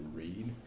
read